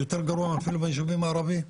יותר גרוע אפילו מהישובים הערבים.